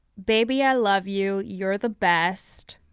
baby i love you, you're the best,